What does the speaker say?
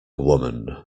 woman